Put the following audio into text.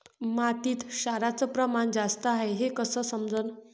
मातीत क्षाराचं प्रमान जास्त हाये हे कस समजन?